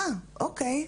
אוקיי.